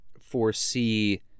foresee